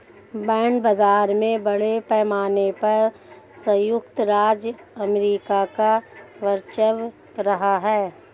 bond बाजार में बड़े पैमाने पर सयुक्त राज्य अमेरिका का वर्चस्व रहा है